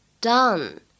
done